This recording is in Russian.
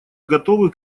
готовы